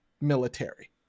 military